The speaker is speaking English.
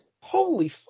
Holy